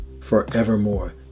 forevermore